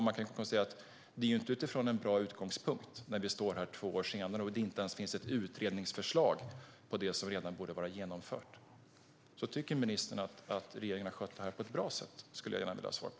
Man kan konstatera att utgångspunkten inte är särskilt bra när vi står här efter två år och det inte ens finns ett utredningsförslag om det som redan borde ha varit genomfört. Tycker ministern att regeringen har skött detta på ett bra sätt? Det skulle jag gärna vilja ha svar på.